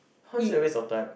how is it a waste of time